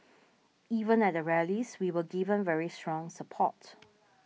even at the rallies we were given very strong support